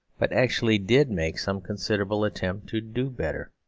but actually did make some considerable attempt to do better.